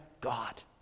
God